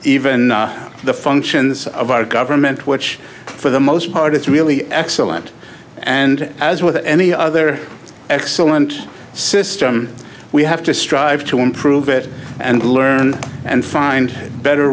even the functions of our government which for the most part it's really excellent and as with any other excellent system we have to strive to improve it and learn and find better